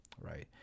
right